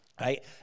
right